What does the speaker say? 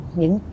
những